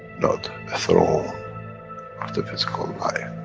not a throne of the physical life.